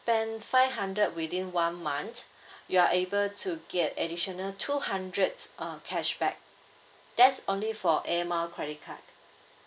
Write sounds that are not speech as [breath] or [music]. spend five hundred within one month [breath] you're able to get additional two hundreds uh cashback that's only for air mile credit card